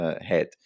head